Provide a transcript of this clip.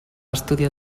estudiar